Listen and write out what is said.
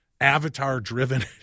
Avatar-driven